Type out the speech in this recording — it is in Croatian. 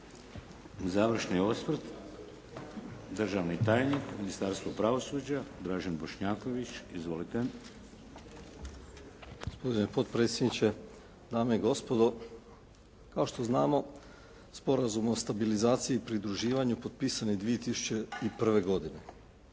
Završni osvrt državni tajnik u Ministarstvu pravosuđa Dražen Bošnjaković. **Bošnjaković, Dražen (HDZ)** Gospodine potpredsjedniče, dame i gospodo. Kao što znamo, Sporazum o stabilizaciji i pridruživanju potpisan je 2001. godine.